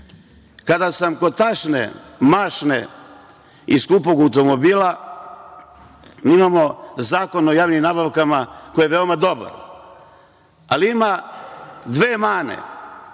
sam kod tašne, mašne i skupog automobila, mi imamo Zakon o javnim nabavkama koji je veoma dobar, ali ima dve mane. Da